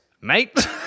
Mate